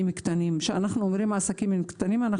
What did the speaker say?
כשאנחנו אומרים עסקים קטנים אנחנו